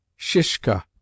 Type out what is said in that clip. Shishka